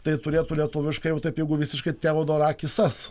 tai turėtų lietuviškai jau taip jeigu visiškai teodorakisas